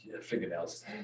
fingernails